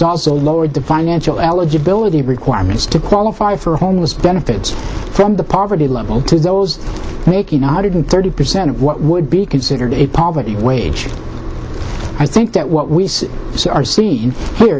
also lowered the financial eligibility requirements to qualify for a homeless benefits from the poverty level to those making nodded and thirty percent of what would be considered a poverty wage i think that what we are see